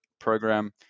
program